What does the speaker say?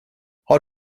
har